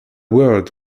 world